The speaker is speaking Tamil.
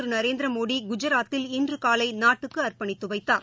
திரு நரேந்திரமோடி குஜராத்தில் இன்று காலை நாட்டுக்கு அர்ப்பணித்து வைத்தார்